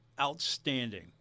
outstanding